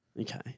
Okay